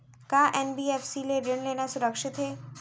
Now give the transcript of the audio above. का एन.बी.एफ.सी ले ऋण लेना सुरक्षित हे?